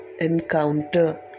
encounter